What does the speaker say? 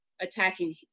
attacking